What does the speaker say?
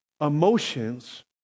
emotions